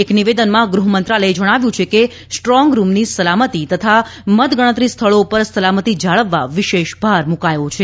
એક નિવેદનમાં ગૃહ મંત્રાલયે જણાવ્યું છે કે સ્ટ્રોંગ રૂમની સલામતી તથા મતગણતરી સ્થળો પર સલામતિ જાળવવા વિશેષ ભાર મૂકાયો છે